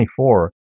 24